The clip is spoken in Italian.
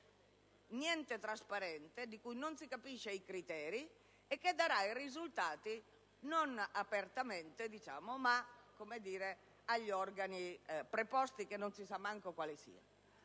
niente trasparente, di cui non si capiscono i criteri, e che darà i risultati non apertamente, ma agli organi preposti, che non si sa manco quali siano.